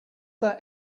that